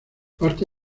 parte